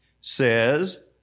Says